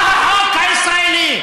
לא החוק הישראלי.